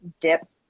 dip